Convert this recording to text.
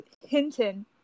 Hinton